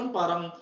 parang